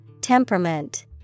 Temperament